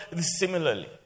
similarly